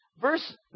Verse